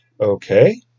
okay